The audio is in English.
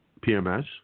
PMS